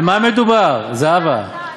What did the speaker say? על מה מדובר, זהבה?